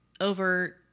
over